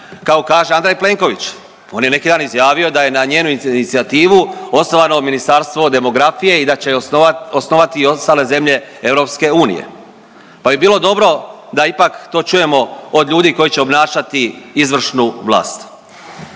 kako kaže Andrej Plenković. On je neki dan izjavio da je na njenu inicijativu osnovano Ministarstvo demografije i da će osnovati i ostale zemlje EU, pa bi bilo dobro da ipak to čujemo od ljudi koji će obnašati izvršnu vlast.